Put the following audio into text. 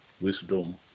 Wisdom